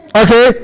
okay